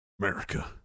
America